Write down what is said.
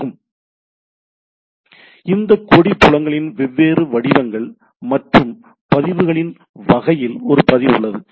எனவே இந்த கொடி புலங்களின் வெவ்வேறு வடிவங்கள் மற்றும் பதிவுகளின் வகையில் ஒரு பதிவு உள்ளது